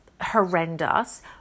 horrendous